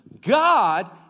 God